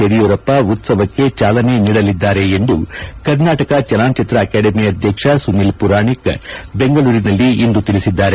ಯಡಿಯೂರಪ್ಪ ಉತ್ತವಕ್ಕೆ ಚಾಲನೆ ನೀಡಲಿದ್ದಾರೆ ಎಂದು ಕರ್ನಾಟಕ ಚಲನಚಿತ್ರ ಅಕಾಡಮಿ ಅಧ್ಯಕ್ಷ ಸುನೀಲ್ ಪುರಾಣಿಕ್ ಬೆಂಗಳೂರಿನಲ್ಲಿಂದು ತಿಳಿಸಿದ್ದಾರೆ